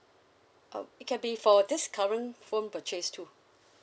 uh it can be for this current phone purchase too